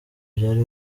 byari